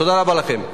תודה רבה לכם.